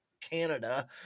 Canada